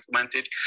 implemented